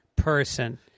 Person